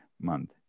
month